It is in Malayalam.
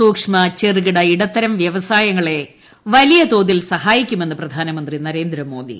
സൂക്ഷ്മ ചെറുകിട ഇടത്തരം വൃവസായങ്ങളെ വലിയതോതിൽ സഹായിക്കുമെന്ന് പ്രധാനമന്ത്രി നരേന്ദ്രമോദി